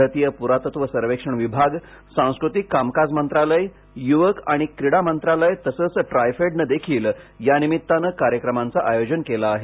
भारतीय पुरातत्व सर्वेक्षण विभाग सांस्कृतिक कामकाज मंत्रालय युवक आणि क्रीडा मंत्रालय तसंच ट्राइफेडनं देखील यानिमित्तानं कार्यक्रमांचं आयोजन केलं आहे